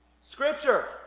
Scripture